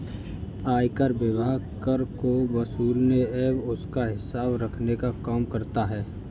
आयकर विभाग कर को वसूलने एवं उसका हिसाब रखने का काम करता है